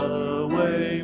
away